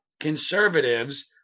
conservatives